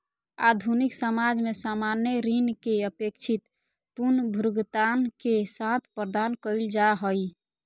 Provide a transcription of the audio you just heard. आधुनिक समाज में सामान्य ऋण के अपेक्षित पुनर्भुगतान के साथ प्रदान कइल जा हइ